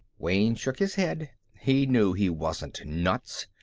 wayne shook his head. he knew he wasn't nuts.